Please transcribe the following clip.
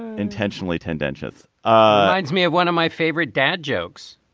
intentionally tendentious. ah it's me at one of my favorite dad jokes